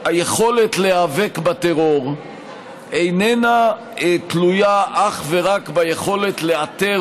שהיכולת להיאבק בטרור איננה תלויה אך ורק ביכולת לאתר,